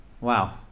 Wow